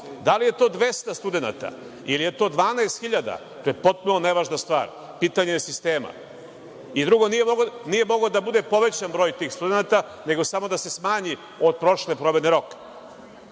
Da li je to 200 studenata ili je to 12 hiljada studenata, to je potpuno nevažna stvar. Pitanje je sistema. Drugo, nije mogao da bude povećan broj tih studenata, nego samo da se smanji od prošle promene rok.